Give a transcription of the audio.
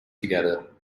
together